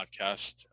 podcast